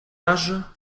âge